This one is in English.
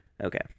Okay